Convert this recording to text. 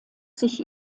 sich